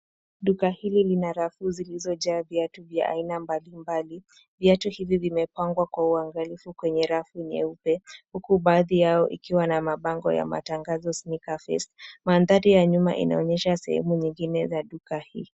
Duka hili lina rafu zilizojaa viatu vya aina mbalimbali. Viatu hivi vimepangwa kwa uangalifu kwenye rafu nyeupe, huku baadhi yao ikiwa na mabango ya matangazo sneaker phase . Mandhari ya nyuma inaonyesha sehemu nyingine ya duka hii.